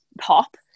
pop